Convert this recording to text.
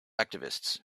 activists